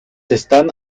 están